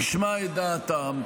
תשמע את דעתם,